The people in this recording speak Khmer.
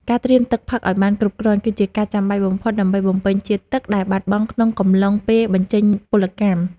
ការត្រៀមទឹកផឹកឱ្យបានគ្រប់គ្រាន់ គឺជាការចាំបាច់បំផុតដើម្បីបំពេញជាតិទឹកដែលបាត់បង់ក្នុងកំឡុងពេលបញ្ចេញពលកម្ម។